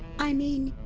i mean,